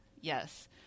Yes